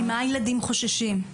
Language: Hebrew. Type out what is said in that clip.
ממה הילדים חוששים?